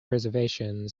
reservation